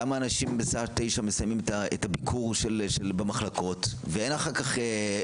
למה אנשים בשעה תשע מסיימים את הביקור במחלקות ואין אחר כך,